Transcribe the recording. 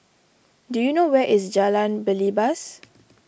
do you know where is Jalan Belibas